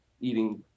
eating